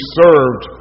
served